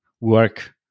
work